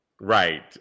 Right